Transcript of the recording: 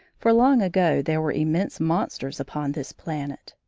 for long ago there were immense monsters upon this planet,